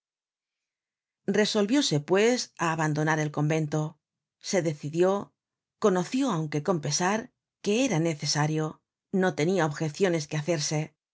resolvióse pues á abandonar el convento t se decidió conoció aunque con pesar que era necesario no tenia objeciones que hacerse